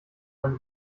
ein